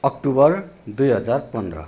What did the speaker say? October दुई हजार पन्ध्र